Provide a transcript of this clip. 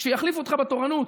כשיחליפו אותך בתורנות,